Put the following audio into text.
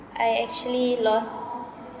I actually lost